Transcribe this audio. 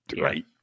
Right